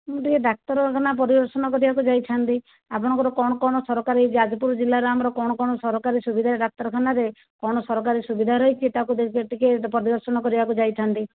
ମୁଁ ଟିକେ ଡାକ୍ତରଖାନା ପରିଦର୍ଶନ କରିବାକୁ ଯାଇଥାନ୍ତି ଆପଣଙ୍କର କ'ଣ କ'ଣ ସରକାରୀ ଯାଜପୁର ଜିଲ୍ଲାରେ ଆମର କ'ଣ କ'ଣ ସରକାରୀ ସୁବିଧା ଡାକ୍ତରଖାନରେ କ'ଣ ସରକାରୀ ସୁବିଧା ରହିଛି ତାକୁ ଟିକେ ପଦଦର୍ଶନ କରିବାକୁ ଯାଇଥାନ୍ତି